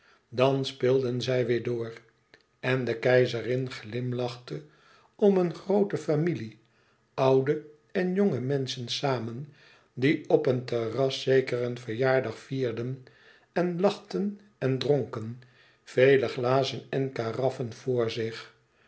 dan speelden zij weêr door en de keizerin glimlachte om een groote familie oude en jonge menschen samen die op een terras zeker een verjaardag vierden en lachten en dronken vele glazen en karaffen voor zich